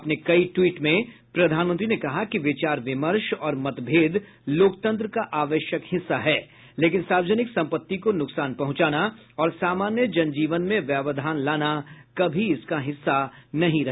अपने कई ट्वीट में प्रधानमंत्री ने कहा कि विचार विमर्श और मतभेद लोकतंत्र का आवश्यक हिस्सा है लेकिन सार्वजनिक सम्पत्ति को नुकसान पहुंचाना और सामान्य जनजीवन में व्यवधान लाना कभी इसका हिस्सा नहीं रहे